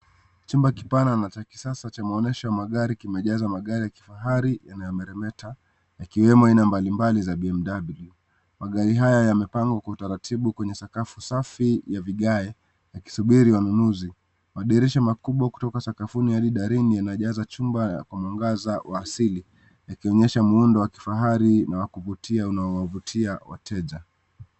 Chumba kipana na cha kisasa cha maonesho ya magari kimejaza magari ya kifahari yanayomeremeta, yakiwemo aina mbalimbali za BMW . Magari haya yamepangwa kwa utaratibu kwenye sakafu safi ya vigae, yakisubiri wanunuzi. Madirisha makubwa kutoka sakafuni hadi dari yanajaza chumba kwa mwanga wa asili, yakionyesha muundo wa kifahari na wa kuvutia unaowavutia wateja.